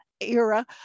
era